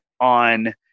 on